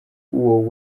uwo